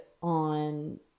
on